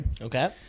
Okay